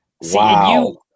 Wow